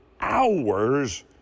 hours